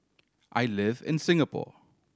I live in Singapore